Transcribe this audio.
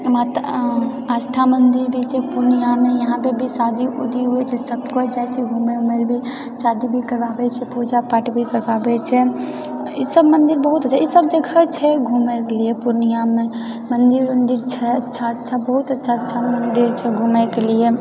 ओना तऽ आस्था मंदिर भी छै पूर्णियामे यहाँ पे भी शादी उदी होइत छै सब कोइ जाइत छै घुमै उमै ले भी शादी भी करबाबै छै पूजापाठ भी करबाबै छै ई सब मंदिर बहुत छै ई सब देखै छै घुमैके लिए पूर्णियामे मंदिर वन्दिर छै अच्छा अच्छा बहुत अच्छा अच्छा मंदिर छै घुमैके लिए